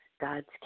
God's